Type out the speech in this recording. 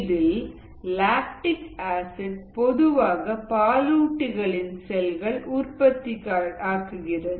இதில் lactic acid பொதுவாக பாலூட்டிகளின் செல்களில் உற்பத்தியாகிறது